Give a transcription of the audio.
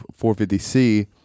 450C